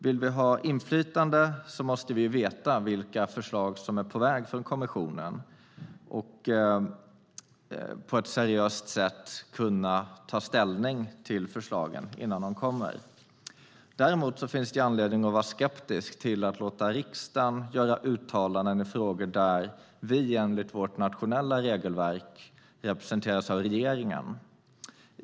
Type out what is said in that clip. Vill vi ha inflytande måste vi veta vilka förslag som är på väg från kommissionen och på ett seriöst sätt kunna ta ställning till förslagen innan de kommer. Däremot finns det anledning att vara skeptisk till att låta riksdagen göra uttalanden i frågor där vi enligt vårt nationella regelverk representeras av regeringen.